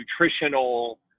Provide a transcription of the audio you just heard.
nutritional